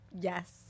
Yes